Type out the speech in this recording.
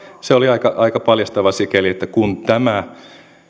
se oli aika aika paljastavaa sikäli että kun tämä